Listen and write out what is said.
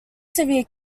severe